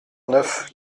neuf